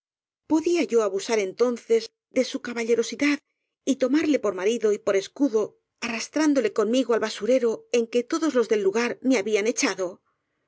podía yo abusar entonces de su caballe rosidad y tomarle por marido y por escudo ariastrándole conmigo al basurero en que todos los del lugar me habían echado